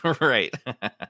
Right